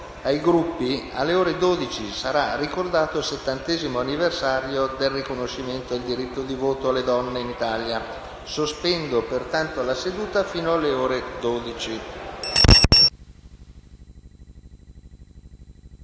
ai Gruppi, alle ore 12 sarà ricordato il settantesimo anniversario del riconoscimento del diritto di voto alle donne in Italia. Sospendo pertanto la seduta fino alle ore 12.